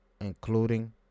including